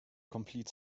complete